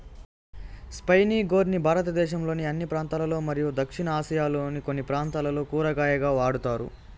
spiny gourd ని భారతదేశంలోని అన్ని ప్రాంతాలలో మరియు దక్షిణ ఆసియాలోని కొన్ని ప్రాంతాలలో కూరగాయగా వాడుతారు